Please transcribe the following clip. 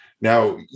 Now